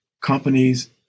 companies